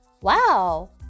wow